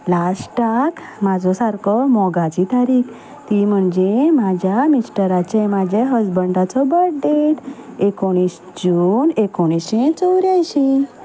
लास्टाक म्हजो सारको मोगाची तारीख ती म्हणजे म्हाज्या मिस्टराचें म्हाज्या हजबंडाचो बर्थडे एकुणीस जून एकुणशे चवऱ्यांयशी